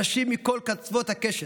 אנשים מכל קצוות הקשת: